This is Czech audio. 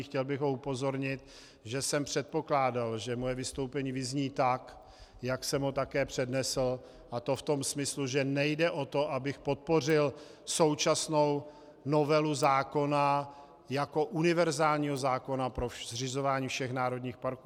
Chtěl bych ho upozornit, že jsem předpokládal, že moje vystoupení vyzní tak, jak jsem ho také přednesl, a to v tom smyslu, že nejde o to, abych podpořil současnou novelu zákona jako univerzálního zákona pro zřizování všech národních parků.